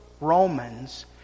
Romans